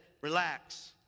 relax